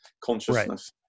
consciousness